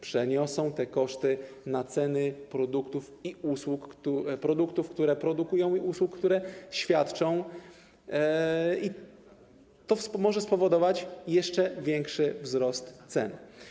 Przeniosą te koszty na ceny produktów, które produkują, i usług, które świadczą, i to może spowodować jeszcze większy wzrost cen.